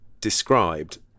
described